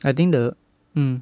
I think the mm